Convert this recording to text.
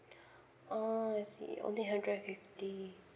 ah I see only hundred and fifty